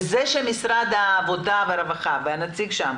זה שמשרד העבודה והרווחה והנציג שם